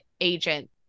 agent